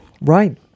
Right